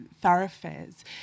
thoroughfares